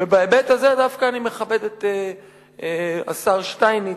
ובהיבט הזה דווקא אני מכבד את השר שטייניץ,